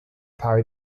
thai